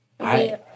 Hi